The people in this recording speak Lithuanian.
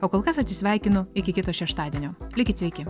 o kol kas atsisveikinu iki kito šeštadienio likit sveiki